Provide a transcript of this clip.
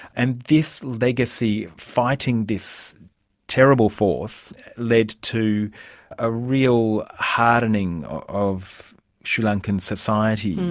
and this legacy, fighting this terrible force led to a real hardening of sri lankan society.